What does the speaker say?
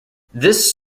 this